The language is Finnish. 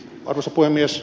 arvoisa puhemies